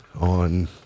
on